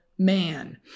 Man